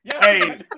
Hey